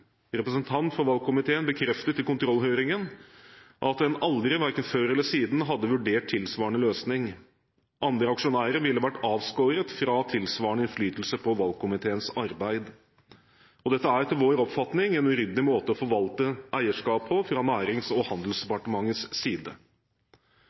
Representant for valgkomiteen bekreftet i kontrollhøringen at en aldri, verken før eller siden, hadde vurdert tilsvarende løsning. Andre aksjonærer ville vært avskåret fra tilsvarende innflytelse på valgkomiteens arbeid. Dette er etter vår oppfatning en uryddig måte å forvalte eierskap på fra Nærings- og